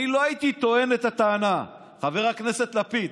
אני לא הייתי טוען את הטענה, חבר הכנסת לפיד.